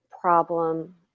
problem